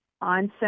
onset